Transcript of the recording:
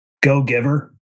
Go-Giver